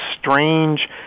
strange